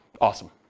Awesome